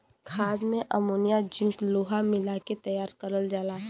खाद में ammonia zinc लोहा मिला के तैयार करल जाला